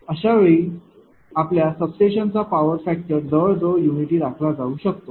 अशावेळी आपल्या सबस्टेशनचा पॉवर फॅक्टर जवळजवळ युनिटी राखला जाऊ शकतो